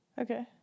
Okay